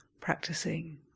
practicing